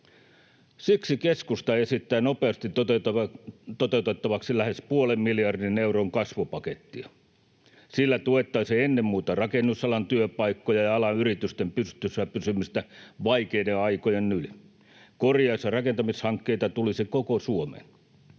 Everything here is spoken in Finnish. Siksi keskusta esittää nopeasti toteutettavaksi lähes puolen miljardin euron kasvupakettia. Sillä tuettaisiin ennen muuta rakennusalan työpaikkoja ja alan yritysten pystyssä pysymistä vaikeiden aikojen yli. Korjaus- ja rakentamishankkeita tulisi koko Suomeen.